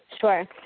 sure